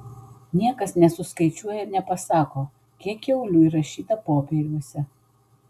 niekas nesuskaičiuoja ir nepasako kiek kiaulių įrašyta popieriuose